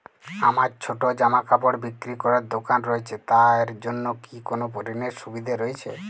আমার ছোটো জামাকাপড় বিক্রি করার দোকান রয়েছে তা এর জন্য কি কোনো ঋণের সুবিধে রয়েছে?